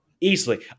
easily